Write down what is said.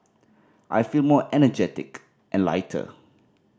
I feel more energetic and lighter